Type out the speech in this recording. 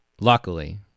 luckily